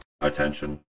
Attention